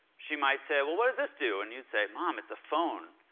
she might say, well, what does this do? and you'd say mom, it's a phone.